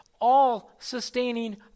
all-sustaining